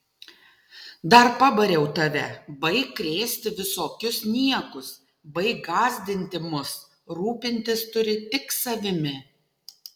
dar pabariau tave baik krėsti visokius niekus baik gąsdinti mus rūpintis turi tik savimi